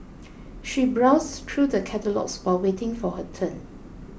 she browsed through the catalogues while waiting for her turn